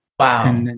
Wow